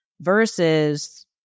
versus